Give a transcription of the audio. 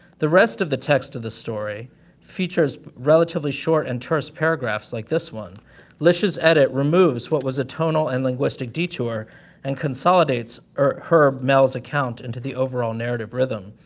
the rest of the text of the story features relatively short and terse paragraphs like this one lish's edit removes what was a tonal and linguistic detour and consolidates herb's mel's account into the overall narrative rhythm.